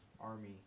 army